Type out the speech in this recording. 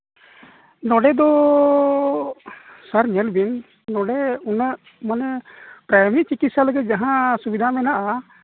ᱱᱚᱰᱮ ᱫᱚ ᱥᱟᱨ ᱧᱮᱞ ᱵᱤᱱ ᱱᱚᱰᱮ ᱩᱱᱟᱹᱜ ᱢᱟᱱᱮ ᱯᱨᱟᱛᱷᱚᱢᱤᱠ ᱪᱤᱠᱤᱛᱥᱟ ᱞᱟᱹᱜᱤᱫ ᱡᱟᱦᱟᱸ ᱥᱩᱵᱤᱫᱷᱟ ᱢᱮᱱᱟᱜᱼᱟ